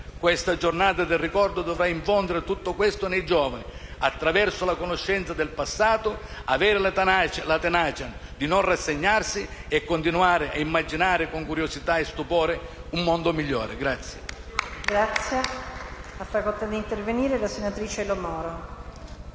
Questa Giornata del ricordo dovrà infondere tutto questo nei giovani: attraverso la conoscenza del passato, avere la tenacia di non rassegnarsi e continuare a immaginare con curiosità e stupore un mondo migliore.